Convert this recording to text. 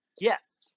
Yes